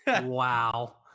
wow